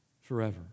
forever